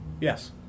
Yes